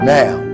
now